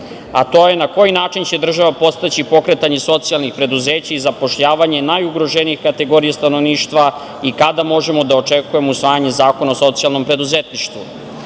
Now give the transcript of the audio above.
a to je, na koji način će država podstaći pokretanje socijalnih preduzeća i zapošljavanje najugroženije kategorije stanovništva i kada možemo da očekujemo usvajanje zakona o socijalnom preduzetništvu? Drago